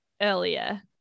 earlier